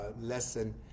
lesson